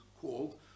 called